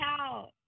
out